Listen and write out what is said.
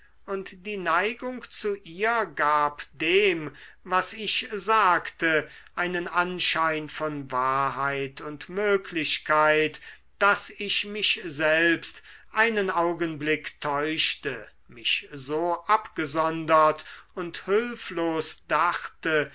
und die neigung zu ihr gab dem was ich sagte einen anschein von wahrheit und möglichkeit daß ich mich selbst einen augenblick täuschte mich so abgesondert und hülflos dachte